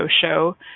show